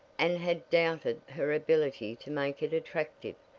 and had doubted her ability to make it attractive,